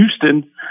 Houston